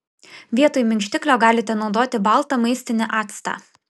vietoj minkštiklio galite naudoti baltą maistinį actą